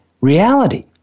reality